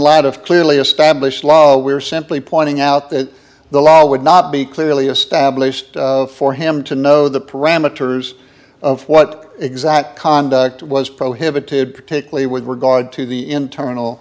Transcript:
light of clearly established law we're simply pointing out that the law would not be clearly established for him to know the parameters of what exact conduct was prohibited particularly with regard to the internal